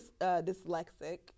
dyslexic